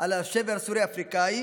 על השבר הסורי-אפריקאי,